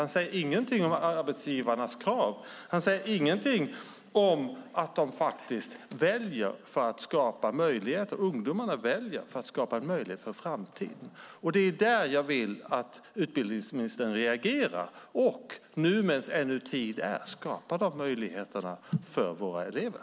Han säger ingenting om arbetsgivarnas krav och att ungdomarna väljer för att skapa möjligheter i en framtid. Det är där jag vill att utbildningsministern reagerar och nu medan tid ännu är skapar de möjligheterna för våra elever.